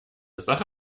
sache